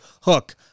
hook